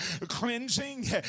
cleansing